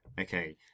okay